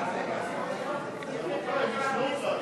בדבר תוכנית חדשה לא נתקבלו.